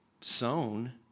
sown